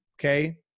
okay